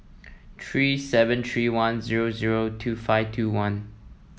three seven three one zero zero two five two one